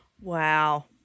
Wow